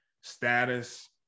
status